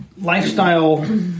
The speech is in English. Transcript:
lifestyle